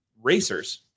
racers